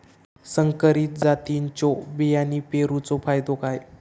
संकरित जातींच्यो बियाणी पेरूचो फायदो काय?